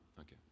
Okay